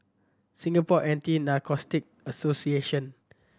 Singapore Anti Narcotic Association